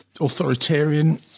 authoritarian